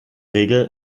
regel